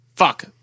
Fuck